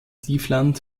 tiefland